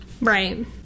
Right